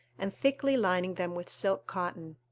and thickly lining them with silk-cotton.